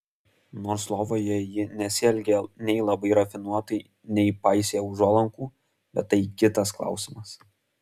nors lovoje ji nesielgė nei labai rafinuotai nei paisė užuolankų bet tai kitas klausimas